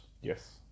Yes